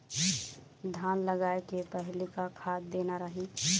धान लगाय के पहली का खाद देना रही?